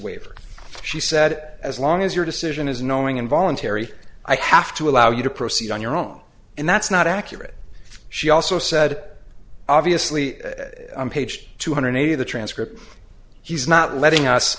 waiver she said as long as your decision is knowing involuntary i have to allow you to proceed on your own and that's not accurate she also said obviously page two hundred eighty of the transcript he's not letting us